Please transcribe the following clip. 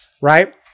Right